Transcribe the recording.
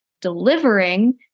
delivering